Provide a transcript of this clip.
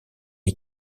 les